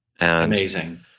Amazing